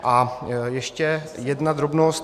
A ještě jedna drobnost.